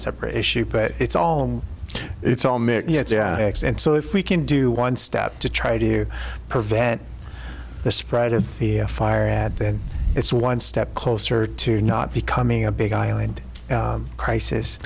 separate issue but it's all it's all mixed yaks and so if we can do one step to try to prevent the spread of the fire and then it's one step closer to not becoming a big island crisis